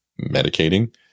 medicating